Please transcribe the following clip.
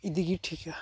ᱤᱫᱤᱜᱮ ᱴᱷᱤᱠᱟ